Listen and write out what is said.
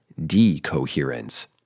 decoherence